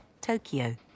Tokyo